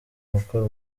gukora